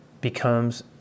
becomes